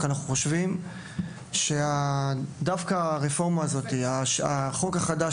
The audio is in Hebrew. אנחנו חושבים שהרפורמה שהחוק החדש